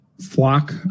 flock